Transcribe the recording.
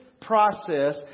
process